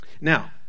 Now